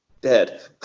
Dead